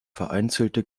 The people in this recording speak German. vereinzelte